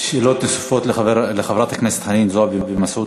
שאלות נוספות לחברי הכנסת חנין זועבי ומסעוד